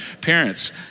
parents